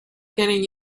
getting